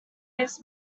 areas